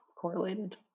correlated